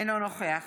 אינו נוכח